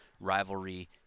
rivalry